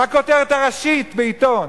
הכותרת הראשית בעיתון,